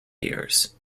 years